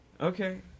Okay